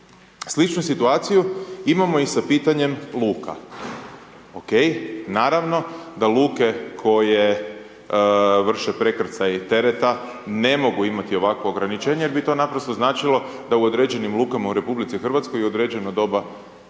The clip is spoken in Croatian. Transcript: Sličnu situaciju imamo i sa pitanjem luka. OK, naravno da luke koje vrše prekrcaj tereta ne mogu imati ovakvo ograničenje jer bi to naprosto značilo da u određenim lukama u RH u određeno doba noći